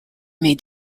may